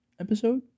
episode